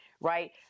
right